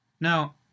Now